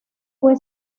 fue